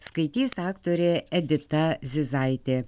skaitys aktorė edita zizaitė